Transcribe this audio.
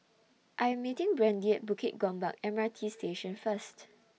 I Am meeting Brandy At Bukit Gombak M R T Station First